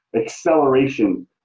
acceleration